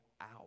out